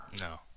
No